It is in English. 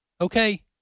Okay